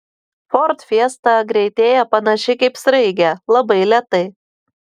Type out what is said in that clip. ford fiesta greitėja panašiai kaip sraigė labai lėtai